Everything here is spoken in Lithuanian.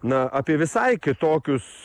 na apie visai kitokius